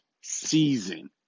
season